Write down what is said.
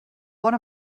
one